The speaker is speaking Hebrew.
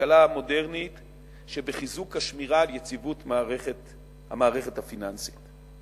בכלכלה המודרנית שבחיזוק השמירה על יציבות המערכת הפיננסית.